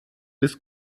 des